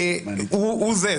זה?